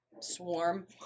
swarm